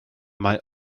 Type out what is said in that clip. mae